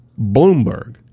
Bloomberg